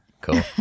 Cool